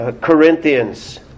Corinthians